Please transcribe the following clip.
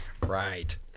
Right